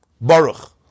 Baruch